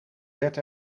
werd